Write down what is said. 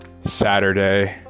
saturday